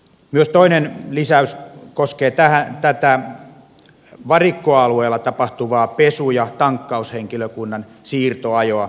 myös toinen lisäys koskee tätä varikkoalueella tapahtuvaa pesu ja tankkaushenkilökunnan siirtoajoa